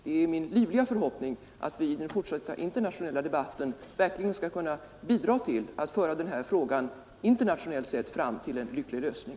Det är min livliga förhoppning att vi i den fortsatta internationella debatten verkligen skall kunna bidra till att föra denna fråga, internationellt sett. fram till en lycklig lösning.